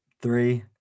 Three